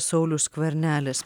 saulius skvernelis